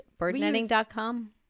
birdnetting.com